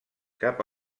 cap